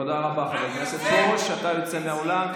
תודה רבה, חבר הכנסת פרוש, שאתה יוצא מהאולם.